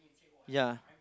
ya